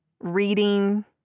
reading